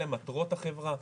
אלה מטרות החברה,